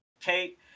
Kate